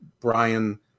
Brian